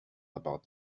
about